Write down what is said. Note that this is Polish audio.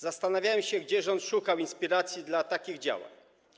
Zastanawiałem się, gdzie rząd szukał inspiracji dla takich działań.